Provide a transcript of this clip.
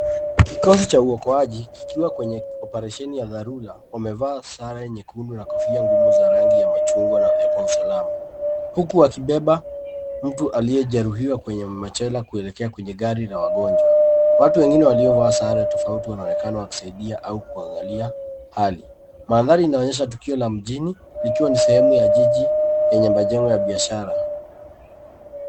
Kikosi cha uokoaji kikiwa kwenye oparesheni ya dharura wamevaa sare nyekundu na kofia ngumu za rangi ya machungwa kwa usalama; huku wakibeba mtu aliyejeruhiwa kwenye machela kuelekea kwenye gari la wagonjwa. Watu wengine waliovaa sare tofauti wanaonekana wakisaidia au kuangalia hali. Mandhari inaonyesha tukio la mjini ikiwa ni sehemu ya jiji yenye majengo ya biashara.